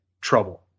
trouble